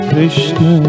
Krishna